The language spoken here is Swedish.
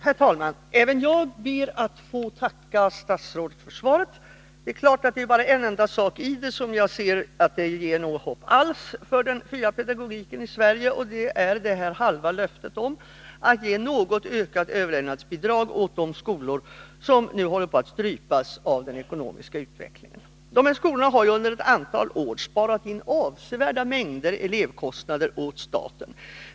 Herr talman! Även jag ber att få tacka statsrådet för svaret. Det är bara en enda sak i det som ger något hopp alls för den fria pedagogiken i Sverige, och det är det halva löftet att ge något ökade överlevnadsbidrag åt de skolor som nu håller på att strypas av den ekonomiska utvecklingen. Dessa skolor har under ett antal år sparat in avsevärda elevkostnader åt staten.